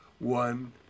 One